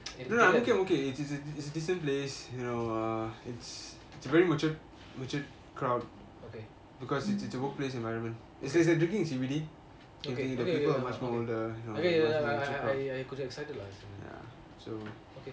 no no no I'm okay I'm okay it it it is a decent place you know uh it is a very matured matured crowd because it it is a work place environement it is a drinking vicinity the people are much more older